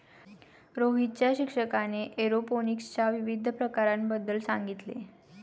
रोहितच्या शिक्षकाने एरोपोनिक्सच्या विविध प्रकारांबद्दल सांगितले